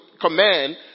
command